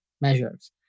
measures